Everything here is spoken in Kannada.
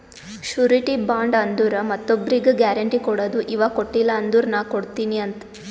ಶುರಿಟಿ ಬಾಂಡ್ ಅಂದುರ್ ಮತ್ತೊಬ್ರಿಗ್ ಗ್ಯಾರೆಂಟಿ ಕೊಡದು ಇವಾ ಕೊಟ್ಟಿಲ ಅಂದುರ್ ನಾ ಕೊಡ್ತೀನಿ ಅಂತ್